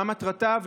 מה מטרתה?